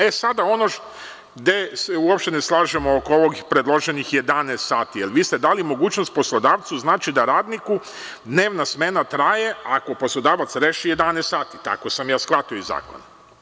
E, sada ono gde se uopšte ne slažemo oko ovog i predloženih 11 sati, jer vi ste dali mogućnost poslodavcu, znači da radniku dnevna smena traje, ako poslodavac reši11 sati, tako sam ja shvatio iz zakona.